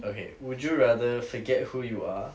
okay would you rather forget who you are